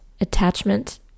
attachment